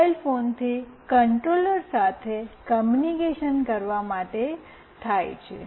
mobile ફોનથી microcontroller સાથે communication કરવા માટે થાય છે